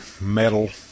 metal